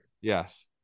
Yes